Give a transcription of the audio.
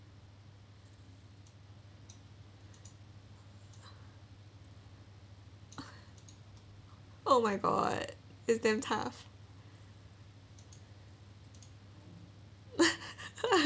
oh my god is damn tough